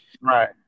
right